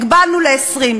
הגבלנו ל-20%.